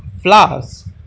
flowers